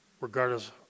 regardless